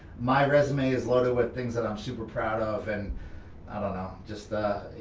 my resume is loaded with things that i'm super proud of, and i don't know, just the,